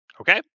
Okay